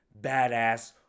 badass